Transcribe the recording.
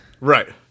Right